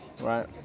right